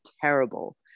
terrible